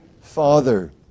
Father